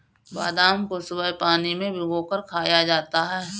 बादाम को सुबह पानी में भिगोकर खाया जाता है